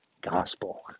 gospel